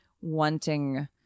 wanting